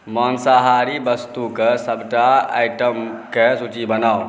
माँसाहारी वस्तु के सभटा आइटमके सूची बनाउ